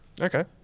Okay